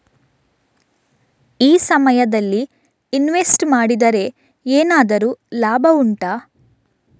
ಈ ಸಮಯದಲ್ಲಿ ಇನ್ವೆಸ್ಟ್ ಮಾಡಿದರೆ ಏನಾದರೂ ಲಾಭ ಉಂಟಾ